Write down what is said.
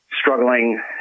struggling